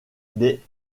des